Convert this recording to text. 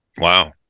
Wow